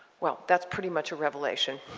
well, that's pretty much a revelation.